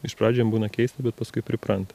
ir pradžių jiem būna keista bet paskui pripranta